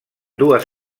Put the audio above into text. dues